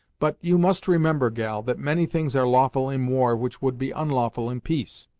but, you must remember, gal, that many things are lawful in war, which would be onlawful in peace.